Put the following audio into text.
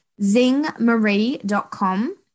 zingmarie.com